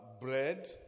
bread